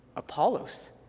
apollos